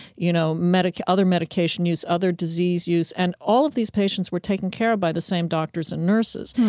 you know, med ah other medication use, other disease use. and all of these patients were taken care of by the same doctors and nurses.